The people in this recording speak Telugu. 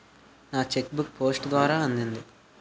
నా చెక్ బుక్ పోస్ట్ ద్వారా అందింది